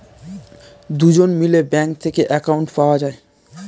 দুজন মিলে ব্যাঙ্ক থেকে অ্যাকাউন্ট পাওয়া যায়